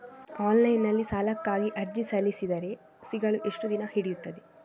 Online ನಲ್ಲಿ ಸಾಲಕ್ಕಾಗಿ ಅರ್ಜಿ ಸಲ್ಲಿಸಿದರೆ ಸಿಗಲು ಎಷ್ಟು ದಿನ ಹಿಡಿಯುತ್ತದೆ?